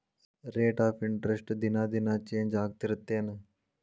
rate of interest ದಿನಾ ದಿನಾ change ಆಗ್ತಿರತ್ತೆನ್